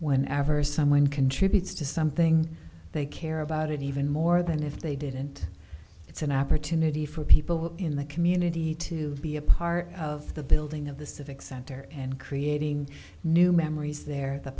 when ever someone contributes to something they care about it even more than if they didn't it's an opportunity for people in the community to be a part of the building of the civic center and creating new memories they're the